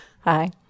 hi